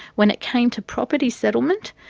when it came to property settlement,